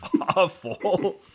awful